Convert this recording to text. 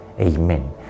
Amen